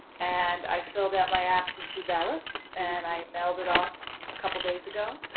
and i filled out my absentee ballot and i mailed it off a couple days ago,